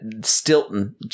Stilton